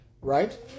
Right